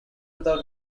without